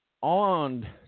on